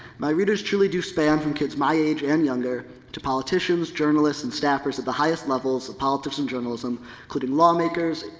my readers truly do span from kids my age and younger to politicians, journalists and staffers at the highest levels of politics and journalism including lawmakers,